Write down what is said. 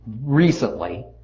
recently